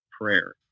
prayer